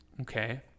Okay